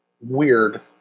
weird